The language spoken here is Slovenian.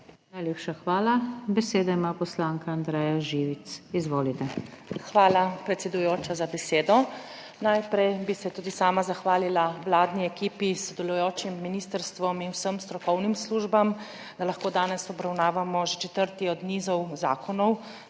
Najlepša hvala. Besedo ima poslanka Andreja Živic. Izvolite. **ANDREJA ŽIVIC (PS Svoboda):** Hvala, predsedujoča, za besedo. Najprej bi se tudi sama zahvalila vladni ekipi, sodelujočim ministrstvom in vsem strokovnim službam, da lahko danes obravnavamo že četrti v nizu zakonov,